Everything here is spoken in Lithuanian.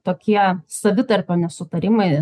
tokie savitarpio nesutarimai